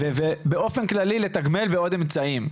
ובאופן כללי לתגמל בעוד אמצעים.